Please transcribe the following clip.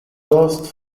lost